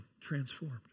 transformed